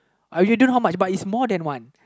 I really don't know how much but is more than one